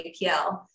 APL